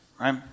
right